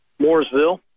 Mooresville